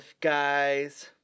guys